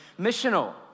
Missional